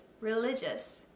religious